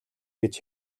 гэж